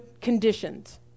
conditions